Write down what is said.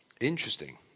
Interesting